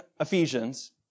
Ephesians